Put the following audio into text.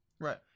Right